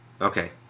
Okay